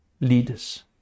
leaders